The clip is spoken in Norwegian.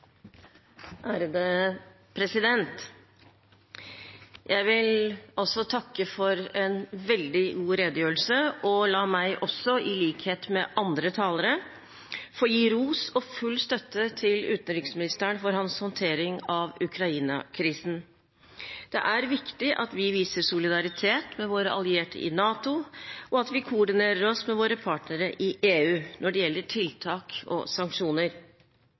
la meg også – i likhet med andre talere – få gi ros og full støtte til utenriksministeren for hans håndtering av Ukraina-krisen. Det er viktig at vi viser solidaritet med våre allierte i NATO, og at vi koordinerer oss med våre partnere i EU når det gjelder tiltak og sanksjoner.